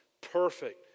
perfect